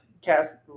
cast